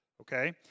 Okay